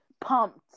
pumped